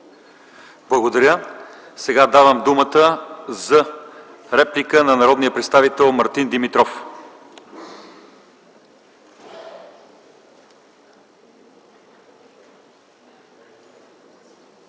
Благодаря. Давам думата за реплика на народния представител Мартин Димитров.